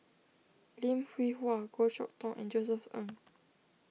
Lim Hwee Hua Goh Chok Tong and Josef Ng